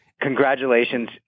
Congratulations